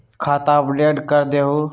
खाता अपडेट करदहु?